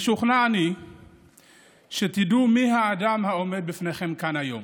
משוכנע אני שתדעו מי האדם העומד בפניכם כאן היום.